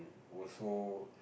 also